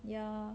ya